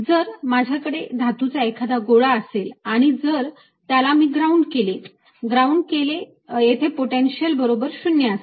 जर माझ्याकडे धातूचा एखादा गोळा असेल आणि जर त्याला मी ग्राउंड केले ग्राउंड केले येथे पोटेन्शियल बरोबर 0 असेल